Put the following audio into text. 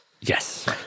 yes